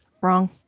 Wrong